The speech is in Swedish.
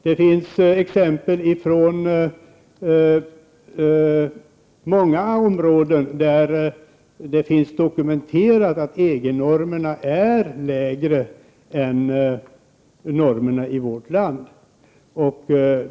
Det finns exempel från många områden där det finns dokumenterat att EG-normerna är lägre än normerna i vårt land.